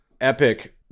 epic